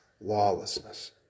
lawlessness